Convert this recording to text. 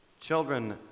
Children